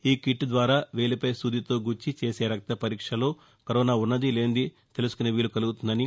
ఈ కిట్ ద్వారా వేలిపై సూదితో గుచ్చి చేసే రక్త పరీక్షలో కరోనా ఉన్నదీ లేనిదీ తెలుసుకునే వీలు కలుగుతుందని